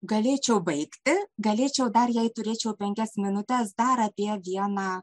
galėčiau baigti galėčiau dar jei turėčiau penkias minutes dar apie vieną